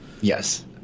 Yes